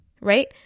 Right